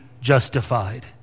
justified